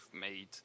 made